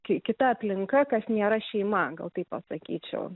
ki kita aplinka kas nėra šeima gal taip pasakyčiau